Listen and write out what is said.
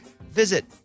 visit